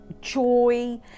joy